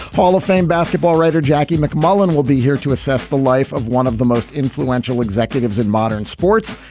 hall of fame basketball writer jackie mcmullen will be here to assess the life of one of the most influential executives in modern sports.